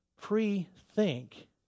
pre-think